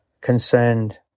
concerned